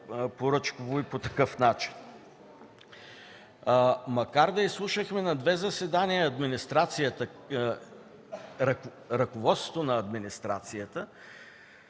поръчково и по такъв начин. Макар да изслушахме ръководството на администрацията